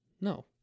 No